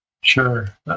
sure